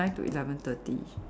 it's night to eleven thirty like